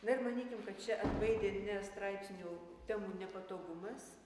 na ir manykim kad čia atbaidė ne straipsnių temų nepatogumas